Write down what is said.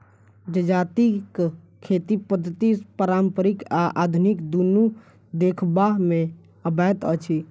जजातिक खेती पद्धति पारंपरिक आ आधुनिक दुनू देखबा मे अबैत अछि